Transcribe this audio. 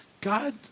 God